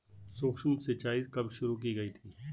सूक्ष्म सिंचाई कब शुरू की गई थी?